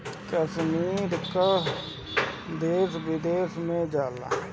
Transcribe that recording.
कश्मीर के कहवा तअ देश विदेश में जाला